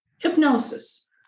Hypnosis